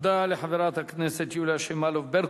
תודה לחברת הכנסת יוליה שמאלוב-ברקוביץ.